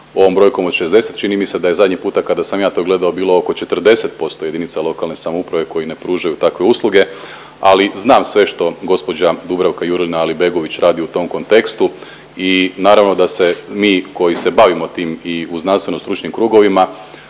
ovom brojkom od 60, čini mi se da je zadnji puta kada sam ja to gledao bilo oko 40% JLS koji ne pružaju takve usluge, ali znam sve što gđa. Dubravka Jurlina Alibegović radi u tom kontekstu i naravno da se mi koji se bavimo tim i u znanstveno stručnim krugovima